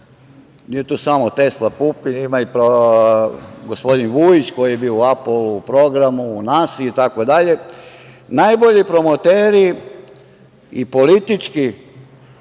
nisu to samo Tesla i Pupin, imamo i gospodin Vujić koji je bio u Apolo programu, u NASI itd, najbolji promoteri i politički